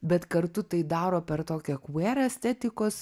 bet kartu tai daro per tokią kvėr estetikos